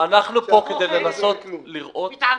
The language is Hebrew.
תודה.